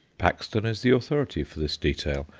paxton is the authority for this detail,